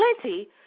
plenty